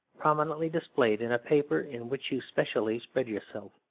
prominently displayed in a paper in which you specially spread yourself